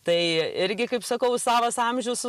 tai irgi kaip sakau savas amžius su